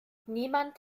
niemand